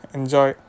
Enjoy